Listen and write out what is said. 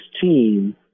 team